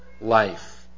life